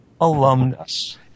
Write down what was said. alumnus